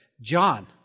John